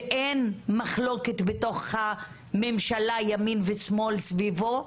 ואין מחלוקת בתוך הממשלה ימין ושמאל סביבו,